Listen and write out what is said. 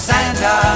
Santa